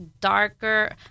darker